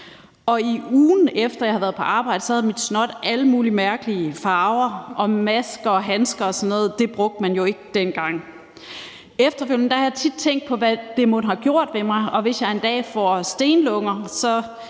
En uge efter jeg havde været på arbejde, havde mit snot alle mulige mærkelige farver, og masker og handsker og sådan noget brugte man jo ikke dengang. Efterfølgende har jeg tit tænkt på, hvad det mon har gjort ved mig, og hvis jeg en dag får stenlunger,